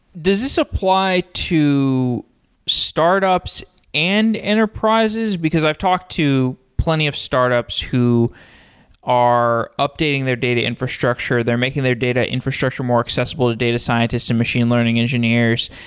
does this apply to startups and enterprises? because i've talked to plenty of startups who are updating their data infrastructure, they're making their data infrastructure more accessible to data scientists and machine learning engineers.